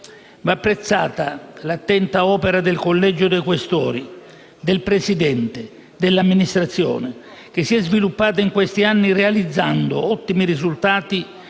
Va apprezzata l'attenta opera del Collegio dei Questori, del Presidente, dell'Amministrazione che si è sviluppata in questi anni realizzando ottimi risultati